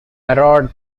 calling